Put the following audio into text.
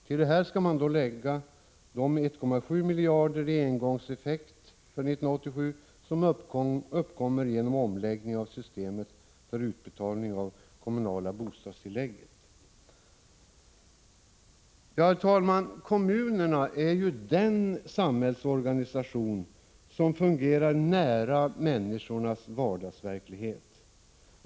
Till detta skall då läggas 1,7 miljarder i engångseffekt för 1987, som uppkommer genom omläggningen av systemet för utbetalning av det kommunala bostadstillägget. Herr talman! Kommunerna är den samhällsorganisation som fungerar nära människornas vardagsverklighet.